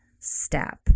step